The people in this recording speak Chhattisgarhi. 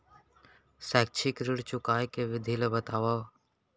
शैक्षिक ऋण चुकाए के विधि ला बतावव